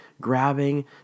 grabbing